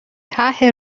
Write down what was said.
طرح